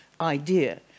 idea